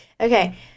Okay